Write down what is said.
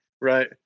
right